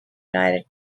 united